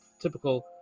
typical